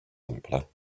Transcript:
simpler